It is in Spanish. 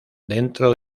dentro